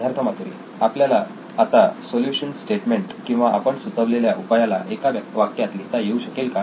सिद्धार्थ मातुरी आपल्याला आता solution statement किंवा आपण सुचवलेल्या उपायाला एका वाक्यात लिहिता येऊ शकेल का